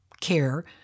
care